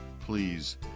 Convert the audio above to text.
please